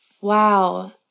Wow